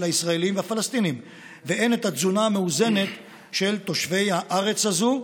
הישראלים והפלסטינים והן את התזונה המאוזנת של תושבי הארץ הזו,